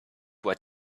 what